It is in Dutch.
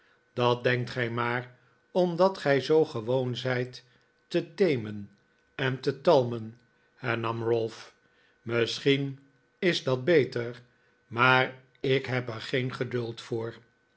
dat denkt gij maar omdat gij zoo gewoon zijt te temen en te talmen hernam ralph misschien is dat beter maar ik heb er geen geduld voor